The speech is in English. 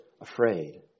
afraid